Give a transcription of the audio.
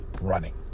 running